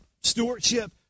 stewardship